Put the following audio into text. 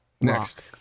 Next